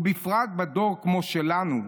ובפרט בדור כמו שלנו,